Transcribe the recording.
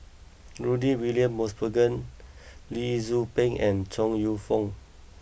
Rudy William Mosbergen Lee Tzu Pheng and Chong you Fook